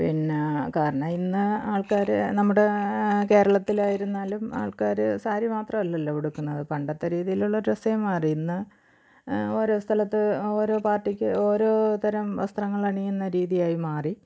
പിന്നെ കാരണം ഇന്ന് ആൾക്കാര് നമ്മുടെ കേരളത്തില് ആയിരുന്നാലും ആൾക്കാര് സാരി മാത്രമല്ലല്ലോ ഉടുക്കുന്നത് പണ്ടത്തെ രീതിയിലുള്ള ഡ്രസ്സേ മാറി ഇന്ന് ഓരോ സ്ഥലത്ത് ഓരോ പാർട്ടിക്ക് ഓരോ തരം വസ്ത്രങ്ങളണിയുന്ന രീതിയായി മാറി